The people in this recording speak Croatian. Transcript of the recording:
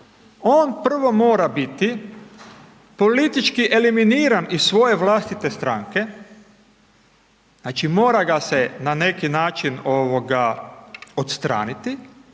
on prvo mora biti politički eliminiran iz svoje vlastite stranke, znači mora ga se na neki način odstraniti